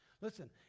Listen